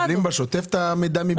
אתם מקבלים את המידע מביטוח לאומי בשוטף?